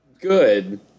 Good